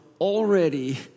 already